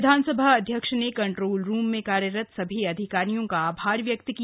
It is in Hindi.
विधानसभा अध्यक्ष ने कंट्रोल रूम में कार्यरत सभी अधिकारियों का आभार व्यक्त किया